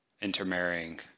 intermarrying